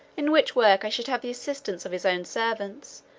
in which work i should have the assistance of his own servants,